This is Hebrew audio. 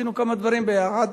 עשינו כמה דברים ביחד,